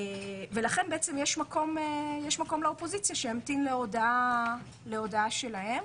לכן בעצם יש מקום לאופוזיציה שימתין להודעה שלהם.